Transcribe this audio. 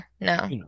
No